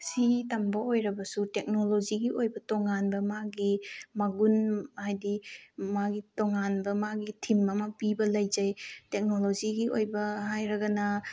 ꯁꯤ ꯇꯝꯕ ꯑꯣꯏꯔꯕꯁꯨ ꯇꯦꯛꯅꯣꯂꯣꯖꯤꯒꯤ ꯑꯣꯏꯕ ꯇꯣꯉꯥꯟꯕ ꯃꯥꯒꯤ ꯃꯒꯨꯟ ꯍꯥꯏꯗꯤ ꯃꯥꯒꯤ ꯇꯣꯉꯥꯟꯕ ꯃꯥꯒꯤ ꯊꯤꯝ ꯑꯃ ꯄꯤꯕ ꯂꯩꯖꯩ ꯇꯦꯛꯅꯣꯂꯣꯖꯤꯒꯤ ꯑꯣꯏꯕ ꯍꯥꯏꯔꯒꯅ